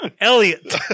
Elliot